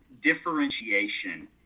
differentiation